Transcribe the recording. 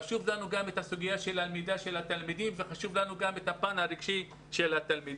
חשובה לנו גם הסוגיה של הלמידה של התלמידים וחשוב לנו הפן הרגשי שלהם,